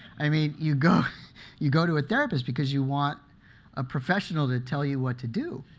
i mean, you go you go to a therapist because you want a professional to tell you what to do.